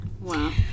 Wow